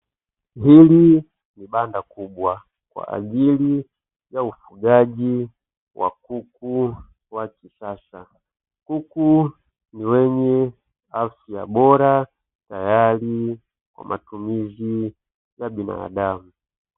Hili ni banda kubwa kwa ajili ya ufugaji wa kuku wa kisasa. Kuku ni wenye afya bora tayari kwa matumizi ya binadamu.